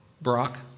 Brock